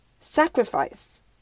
sacrifice